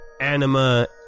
anima